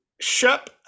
Shep